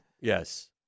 Yes